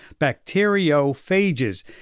bacteriophages